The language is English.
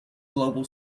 global